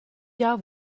jahr